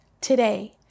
today